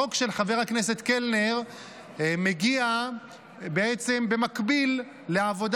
החוק של חבר הכנסת קלנר מגיע במקביל לעבודה